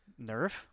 Nerf